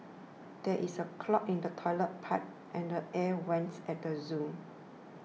there is a clog in the Toilet Pipe and the Air Vents at the zoo